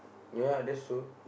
ya that's true